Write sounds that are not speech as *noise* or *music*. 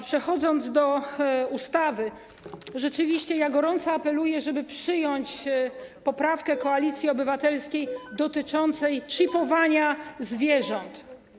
Przechodząc do ustawy, rzeczywiście gorąco apeluję, żeby przyjąć poprawkę Koalicji Obywatelskiej *noise* dotyczącą czipowania zwierząt.